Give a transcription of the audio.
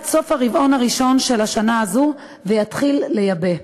סוף הרבעון הראשון של השנה הזו ויתחיל לייבא.